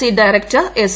C director S